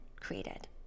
created